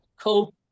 Cool